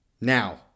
Now